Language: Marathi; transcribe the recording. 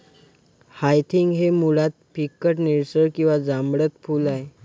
हायसिंथ हे मुळात फिकट निळसर किंवा जांभळट फूल आहे